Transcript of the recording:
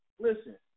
Listen